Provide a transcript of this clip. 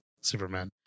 Superman